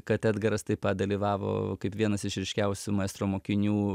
kad edgaras taip pat dalyvavo kaip vienas iš ryškiausių maestro mokinių